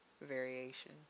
variation